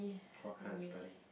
what kind of study